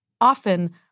Often